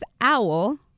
Owl